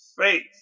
faith